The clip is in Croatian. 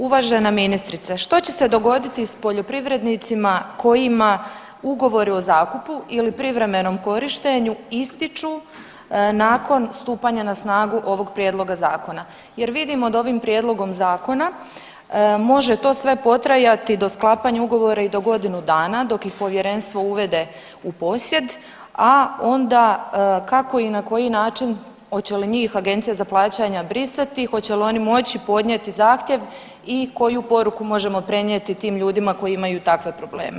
Uvažena ministrice, što će se dogoditi s poljoprivrednicima kojima ugovori o zakupu ili privremenom korištenju ističu nakon stupanja na snagu ovog prijedloga zakona jer vidimo da ovim prijedlogom zakona može sve to potrajati do sklapanja ugovora i do godinu dana dok ih povjerenstvo uvede u posjed, a onda kako i na koji način, hoće li njih Agencija za plaćanja brisati, hoće li oni moći podnijeti zahtjev i koju poruku možemo prenijeti tim ljudima koji imaju takve probleme?